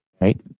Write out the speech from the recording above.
right